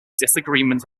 disagreement